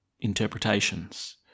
interpretations